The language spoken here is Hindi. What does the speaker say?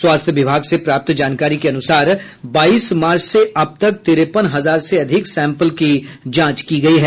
स्वास्थ्य विभाग से प्राप्त जानकारी के अनुसार बाईस मार्च से अब तक तिरेपन हजार से अधिक सैंपल की जांच की गयी है